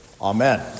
Amen